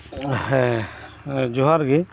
ᱦᱮᱸ ᱡᱚᱦᱟᱨᱜᱤ